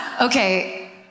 Okay